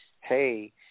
hey